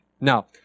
Now